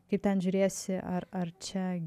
kaip ten žiūrėsi ar ar čia